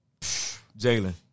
Jalen